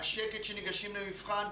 השקט כשניגשים למבחן,